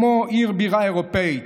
כמו עיר בירה אירופית.